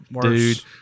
Dude